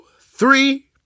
three